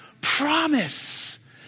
promise